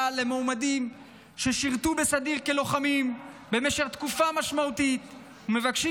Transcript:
למועמדים ששירתו בסדיר כלוחמים במשך תקופה משמעותית ומבקשים